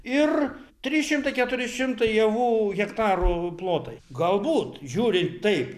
ir trys šimtai keturi šimtai javų hektarų plotai galbūt žiūrint taip